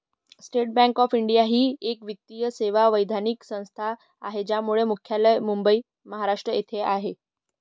state Bank of India ही एक वित्तीय सेवा वैधानिक संस्था आहे ज्याचे मुख्यालय मुंबई, महाराष्ट्र येथे आहे